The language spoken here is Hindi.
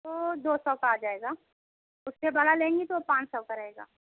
वो दो सौ का आ जायेगा उससे बड़ा लेंगी तो पाँच सौ का रहेगा